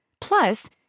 Plus